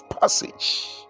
passage